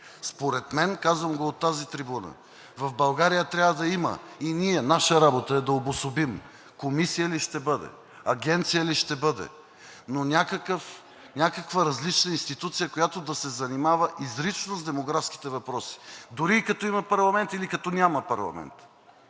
Според мен – казвам го от тази трибуна, в България трябва да има и наша работа е да обособим комисия ли ще бъде, агенция ли ще бъде, но някаква различна институция, която да се занимава изрично с демографските въпроси. Дори като има парламент или като няма парламент,